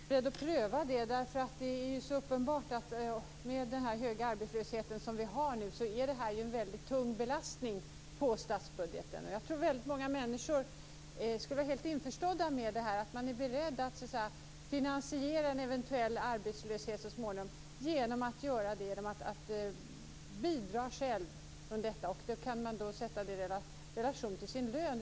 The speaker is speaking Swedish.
Fru talman! Det är beklagligt att man inte är beredd att pröva det. Det är ju uppenbart att med den höga arbetslöshet som vi nu har är detta en väldigt tung belastning på statsbudgeten. Jag tror att väldigt många människor skulle vara helt införstådda med det här - att man är beredd att finansiera en eventuell arbetslöshet så småningom genom att själv bidra. Det kan då sättas i relation till lönen.